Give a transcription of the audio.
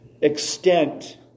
extent